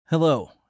Hello